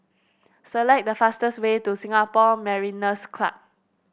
select the fastest way to Singapore Mariners' Club